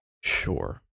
sure